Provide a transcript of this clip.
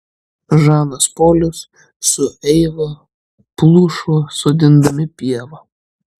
žanas polis su eiva plušo sodindami pievą